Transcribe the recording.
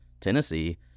Tennessee